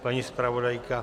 Paní zpravodajka?